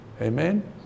Amen